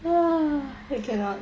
!wah! I cannot